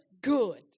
good